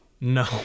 No